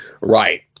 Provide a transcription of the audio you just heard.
Right